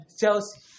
Chelsea